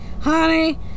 Honey